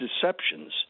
deceptions—